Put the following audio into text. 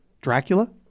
Dracula